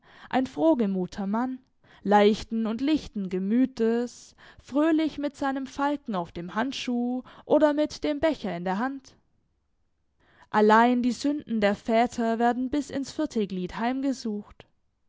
ein frohgemuter mann leichten und lichten gemütes fröhlich mit seinem falken auf dem handschuh oder mit dem becher in der hand allein die sünden der väter werden bis ins vierte glied heimgesucht